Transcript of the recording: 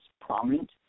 prominent